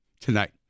tonight